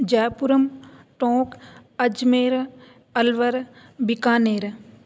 जयपुरम् टोङ्क अज्मेर अल्वर बिकानेर